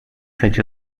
such